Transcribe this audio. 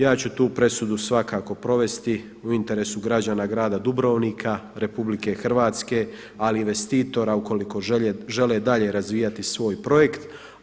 Ja ću tu presudu svakako provesti u interesu građana Grada Dubrovnika, Republike Hrvatske, ali i investitora u koliko žele dalje razvijati svoj projekt.